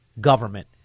government